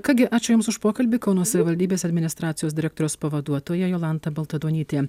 ką gi ačiū jums už pokalbį kauno savivaldybės administracijos direktoriaus pavaduotoja jolanta baltaduonytė